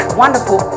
wonderful